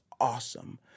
awesome